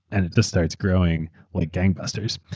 and it just starts growing like gangbusters.